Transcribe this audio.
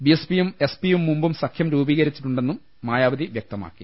ബിഎസ്പിയും എസ്പിയും മുമ്പും സഖ്യം രൂപവത്കരിച്ചിട്ടുണ്ടെന്നും മായാവതി വ്യക്തമാക്കി